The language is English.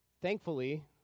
thankfully